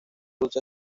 lucha